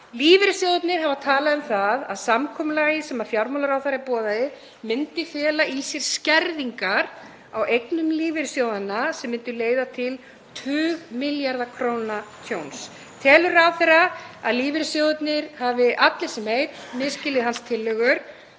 Lífeyrissjóðirnir hafa talað um það að samkomulagið sem fjármálaráðherra boðaði myndi fela í sér skerðingar á eignum lífeyrissjóðanna sem myndu leiða til tuga milljarða króna tjóns. Telur ráðherra að lífeyrissjóðirnir hafi allir sem einn misskilið tillögur